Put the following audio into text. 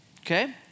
Okay